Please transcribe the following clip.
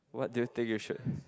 what do you think you should